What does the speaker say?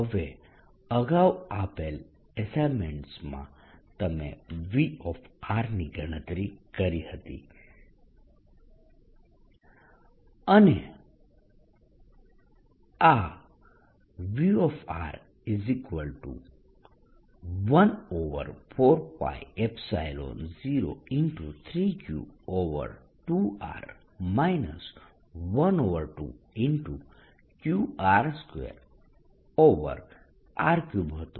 હવે અગાઉ આપેલ અસાઈન્મેન્ટમાં તમે V ની ગણતરી કરી હતી અને આ V14π0 3 Q2 R 12Q r2R3 હતું